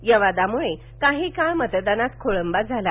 या वादामुळे काही काळ मतदानात खोळंबा झाला